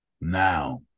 Now